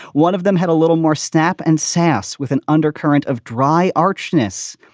one of them had a little more snap and sass with an undercurrent of dry archduchess,